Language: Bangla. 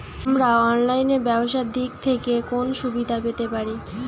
আমরা অনলাইনে ব্যবসার দিক থেকে কোন সুবিধা পেতে পারি?